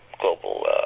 global